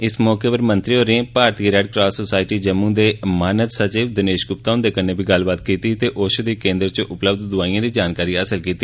इस मौकें उप्पर मंत्री होरें भारतीय रैड क्रास सोसायटी जम्मू दे मानद सचिव दिनेष गुप्ता हुंदे कन्ने बी गल्लबात कीती ते औशदी केंद्र च उपलब्ध दौआईयें दी जानकारी हासल कीती